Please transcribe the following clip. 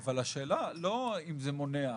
אבל השאלה לא אם זה מונע.